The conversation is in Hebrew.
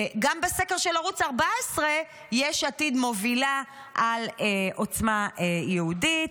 גם בסקר של ערוץ 14 יש עתיד מובילה על עוצמה יהודית.